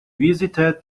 visited